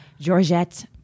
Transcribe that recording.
Georgette